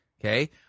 okay